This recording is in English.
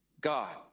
God